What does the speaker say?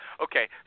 Okay